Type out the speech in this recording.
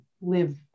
live